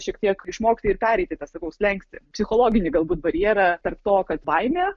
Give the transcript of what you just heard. šiek tiek išmokti ir pereiti tą sakau slenkstį psichologinį galbūt barjerą tarp to kad baimė